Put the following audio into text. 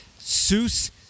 Seuss